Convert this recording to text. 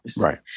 Right